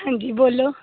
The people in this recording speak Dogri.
अंजी बोल्लो